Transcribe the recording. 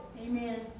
Amen